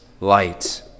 light